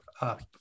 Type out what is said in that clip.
Up